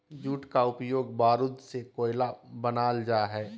jute का उपयोग बारूद से कोयला बनाल जा हइ